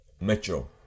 Metro